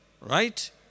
Right